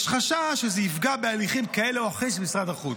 יש חשש שזה יפגע בהליכים כאלה או אחרים של משרד החוץ.